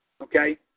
okay